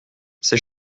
c’est